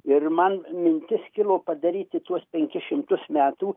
ir man mintis kilo padaryti tuos penkis šimtus metų